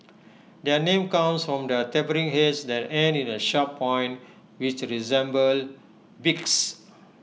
their name comes from the tapering heads that end in A sharp point which resemble beaks